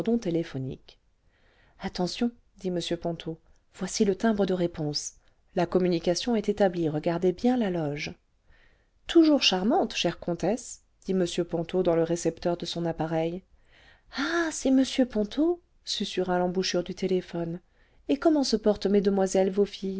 téléphonique attention dit m ponto voici le timbre de réponse la communication est établie regardez bien la loe e toujours charmante chère comtesse dit m ponto dans le récepteur de son appareil ah c'est m ponto susurra l'embouchure du téléphone et comment se portent mesdemoiselles vos filles